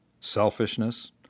selfishness